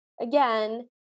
again